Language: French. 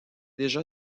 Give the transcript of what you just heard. déjà